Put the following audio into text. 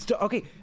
Okay